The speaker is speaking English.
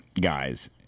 guys